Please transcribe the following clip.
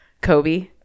Kobe